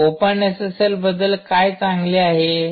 मग open SSL बद्दल काय चांगले आहे